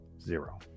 Zero